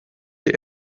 die